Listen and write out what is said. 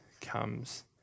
comes